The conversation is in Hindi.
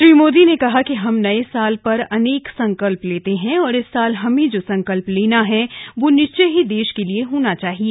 श्री मोदी ने कहा कि हम नए साल पर अनेक संकल्प लेते हैं और इस साल हमें जो संकल्प लेना है वह निश्चय ही देश के लिए होना चाहिए